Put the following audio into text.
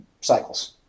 cycles